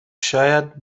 شاید